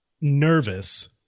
nervous